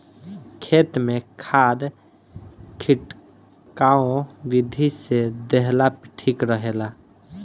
खेत में खाद खिटकाव विधि से देहला पे ठीक रहेला